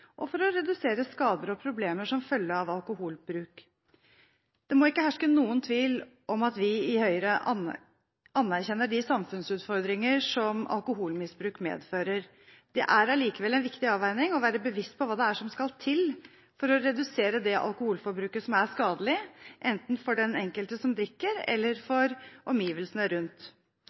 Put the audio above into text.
og for å redusere skader og problemer som følge av alkoholbruk. Det må ikke herske noen tvil om at vi i Høyre anerkjenner de samfunnsutfordringer som alkoholmisbruk medfører. Det er allikevel en viktig avveining å være bevisst på hva det er som skal til for å redusere det alkoholforbruket som er skadelig, enten for den enkelte som drikker, eller for omgivelsene rundt.